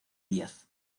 díaz